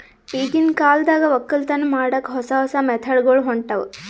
ಈಗಿನ್ ಕಾಲದಾಗ್ ವಕ್ಕಲತನ್ ಮಾಡಕ್ಕ್ ಹೊಸ ಹೊಸ ಮೆಥಡ್ ಗೊಳ್ ಹೊಂಟವ್